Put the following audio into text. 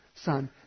Son